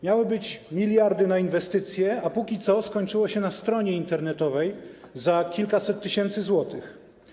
Miały być miliardy na inwestycje, a póki co skończyło się na stronie internetowej za kilkaset tysięcy złotych.